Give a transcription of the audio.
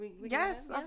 yes